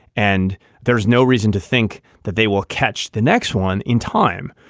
and there's no reason to think that they will catch the next one in time.